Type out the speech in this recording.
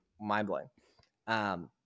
mind-blowing